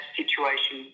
situation